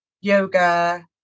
yoga